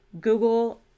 Google